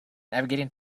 navigating